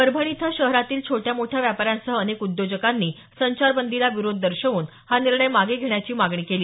परभणी इथं शहरातील छोट्या मोठ्या व्यापाऱ्यांसह अनेक उद्योजकांनी संचारबंदीला विरोध दर्शवून हा निर्णय मागे घेण्याची मागणी केली